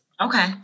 Okay